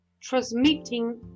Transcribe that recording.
transmitting